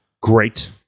Great